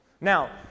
Now